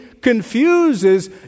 confuses